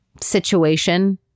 situation